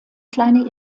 kleine